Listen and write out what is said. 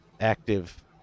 active